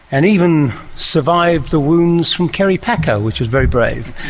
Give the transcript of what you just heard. and even survived the wounds from kerry packer, which is very brave.